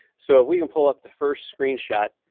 so if we can pull up the first screenshot,